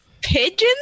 Pigeons